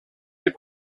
les